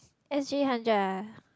S_G hundred ah